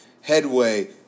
headway